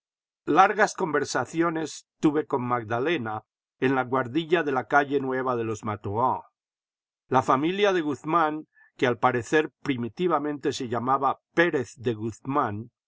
largas conversaciones tuve con magdalena en la guardilla de la calle nueva de los mathurins la familia de guzmán que al parecer primitivamente se llamaba pérez de guzmán